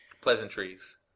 Pleasantries